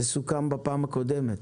זה סוכם בפעם הקודמת.